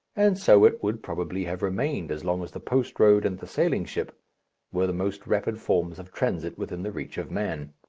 and so it would probably have remained as long as the post-road and the sailing-ship were the most rapid forms of transit within the reach of man.